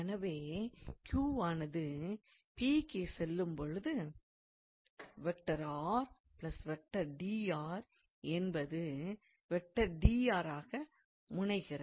எனவே Q வானது P க்கு செல்லும் போது என்பது ஆக முனைகிறது